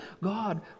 God